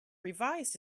revised